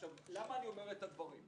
למה אני אומר את זה.